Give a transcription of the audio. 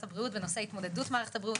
הבריאות בנושא התמודדות מערכת הבריאות